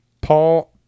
Paul